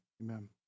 amen